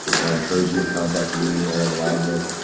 and i encourage you to contact me, aaron wagner,